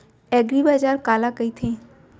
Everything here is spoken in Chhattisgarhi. एगरीबाजार काला कहिथे?